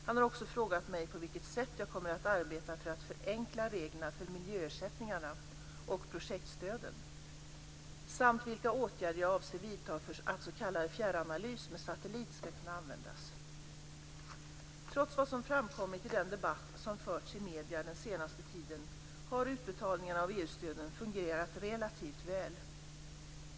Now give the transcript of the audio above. Han har också frågat mig på vilket sätt jag kommer att arbeta för att förenkla reglerna för miljöersättningarna och projektstöden samt vilka åtgärder jag avser att vidta för att s.k. fjärranalys med satellit ska kunna användas. Trots vad som framkommit i den debatt som förts i medier den senaste tiden har utbetalningarna av EU stöden fungerat relativt väl.